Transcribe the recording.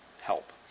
help